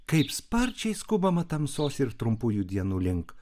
kaip sparčiai skubama tamsos ir trumpųjų dienų link